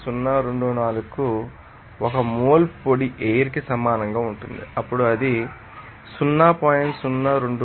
024 కు 1 మోల్ పొడి ఎయిర్ కి సమానంగా ఉంటుంది అప్పుడు అది అక్కడ 0